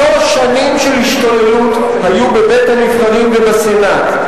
שלוש שנים של השתוללות היו בבית-הנבחרים ובסנאט.